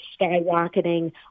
skyrocketing